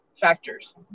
factors